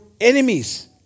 enemies